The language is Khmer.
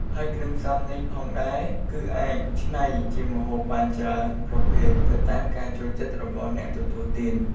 ហើយគ្រឿងផ្សំនេះផងដែរគឺអាចឆ្នៃជាម្ហូបបានច្រើនប្រភេទទៅតាមការចូលចិត្តរបស់អ្នកទទួលទាន។